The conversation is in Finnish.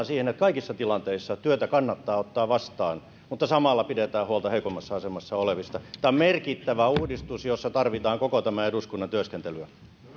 siihen että kaikissa tilanteissa työtä kannattaa ottaa vastaan mutta samalla pidetään huolta heikoimmassa asemassa olevista tämä on merkittävä uudistus jossa tarvitaan koko tämän eduskunnan työskentelyä